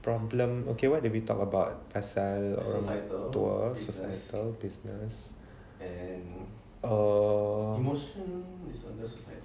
problem okay what do we talk about pasal societal business err